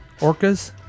Orcas